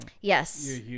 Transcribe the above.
yes